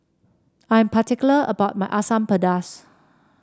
I am particular about my Asam Pedas